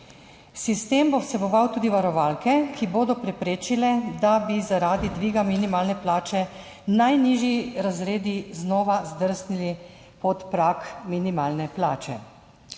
Sistem bo vseboval tudi varovalke, ki bodo preprečile, da bi, zaradi dviga minimalne plače najnižji razredi znova zdrsnili pod prag minimalne plače.